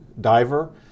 diver